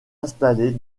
installée